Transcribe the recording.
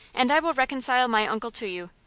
and i will reconcile my uncle to you.